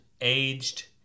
aged